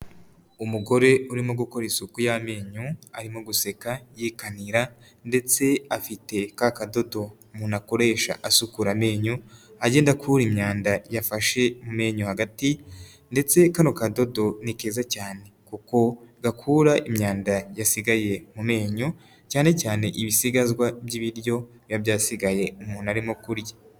Umugore urimo gukora isuku y'amenyo arimo guseka yikanira ndetse afite ka kadodo umuntu akoresha asukura amenyo, agenda akura imyanda yafashe mu menyo hagati ndetse kano kadodo ni keza cyane kuko gakura imyanda yasigaye mu menyo cyane cyane ibisigazwa by'ibiryo biba byasigaye umuntu arimo kurya.